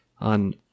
on